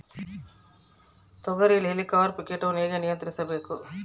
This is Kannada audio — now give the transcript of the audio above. ತೋಗರಿಯಲ್ಲಿ ಹೇಲಿಕವರ್ಪ ಕೇಟವನ್ನು ಹೇಗೆ ನಿಯಂತ್ರಿಸಬೇಕು?